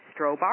Strobar